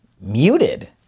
muted